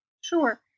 Sure